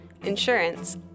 insurance